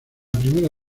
primera